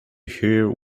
hear